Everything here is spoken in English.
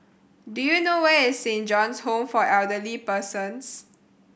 do you know where is Saint John's Home for Elderly Persons